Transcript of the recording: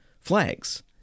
flags